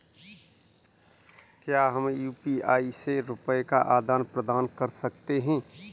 क्या हम यू.पी.आई से रुपये का आदान प्रदान कर सकते हैं?